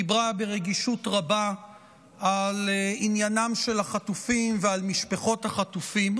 דיברה ברגישות רבה על עניינם של החטופים ועל משפחות החטופים.